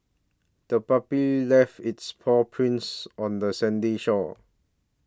the puppy left its paw prints on the sandy shore